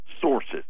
sources